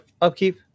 upkeep